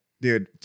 dude